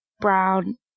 brown